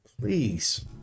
please